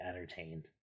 entertained